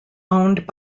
owned